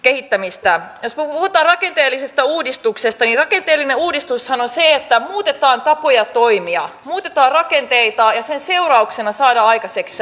jos puhutaan rakenteellisesta uudistuksesta niin rakenteellinen uudistushan on se että muutetaan tapoja toimia muutetaan rakenteita ja sen seurauksena saadaan aikaiseksi säästöjä